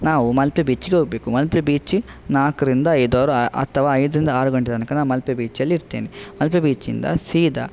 ನಾವು ಮಲ್ಪೆ ಬೀಚಿಗೆ ಹೋಗಬೇಕು ಮಲ್ಪೆ ಬೀಚಿ ನಾಲ್ಕರಿಂದ ಐದು ಅವರ್ ಅಥವಾ ಐದರಿಂದ ಆರು ಗಂಟೆ ತನಕ ನಾ ಮಲ್ಪೆ ಬೀಚಲ್ಲಿ ಇರ್ತೇನೆ ಮಲ್ಪೆ ಬೀಚಿಂದ ಸೀದಾ